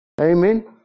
Amen